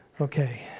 Okay